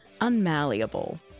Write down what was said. unmalleable